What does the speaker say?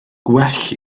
gwell